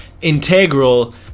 integral